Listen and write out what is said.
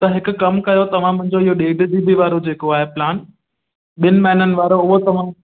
त हिकु कमु कयो तव्हां मुंहिंजो इहो ॾेढ जी बी वारो जेको आहे प्लान ॿिनि महिननि वारो उहो तव्हां